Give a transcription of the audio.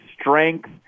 strength